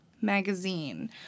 magazine